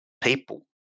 people